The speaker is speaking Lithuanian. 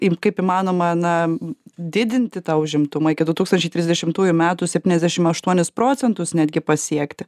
imti kaip įmanoma na didinti tą užimtumą iki du tūkstančiai trisdešimtųjų metų septyniasdešimt aštuonis procentus netgi pasiekti